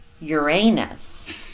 Uranus